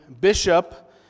bishop